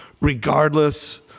regardless